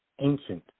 ancient